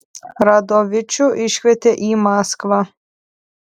radovičių iškvietė į maskvą